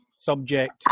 subject